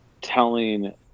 telling